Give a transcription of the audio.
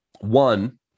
One